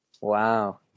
Wow